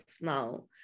now